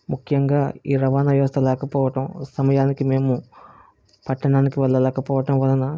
ముఖ్యంగా ఈ రవాణ వ్యవస్థ లేకపోవటం సమయానికి మేము పట్టణానికి వెళ్ళలేకపోవటం వలన